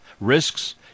risks